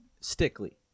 stickly